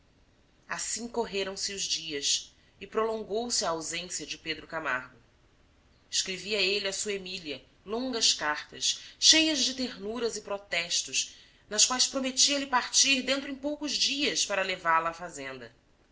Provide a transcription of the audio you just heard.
assim correram os dias e prolongou se a ausência de pedro camargo escrevia ele à sua emília longas cartas cheias de ternuras e protestos nas quais prometia lhe partir dentro em poucos dias para levá-la à fazenda